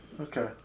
Okay